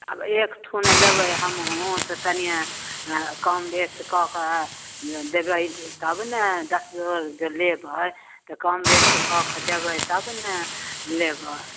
अब एकठाम लेबै हमहूँ तऽ तनिए कमबेस कऽ कऽ देबै तब ने दस गो जे लेबै तऽ कमबेस कऽ कऽ देबै तब ने लेबै